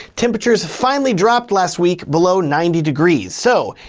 temperatures finally dropped last week below ninety degrees. so,